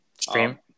stream